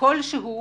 כלשהו